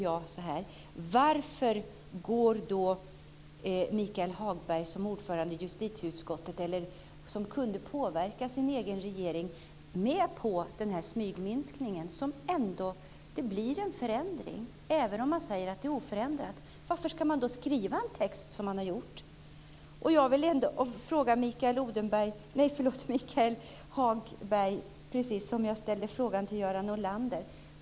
Varför går då Michael Hagberg som ordförande i jaktklubben, som kunde påverka sin egen regering, med på denna smygminskning? Det blir en förändring, även om man säger att läget är oförändrat. Varför ska man då skriva en text på det sätt som man har gjort? Jag vill fråga Michael Hagberg samma sak som jag frågade Göran Norlander.